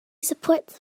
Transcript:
supports